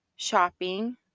shopping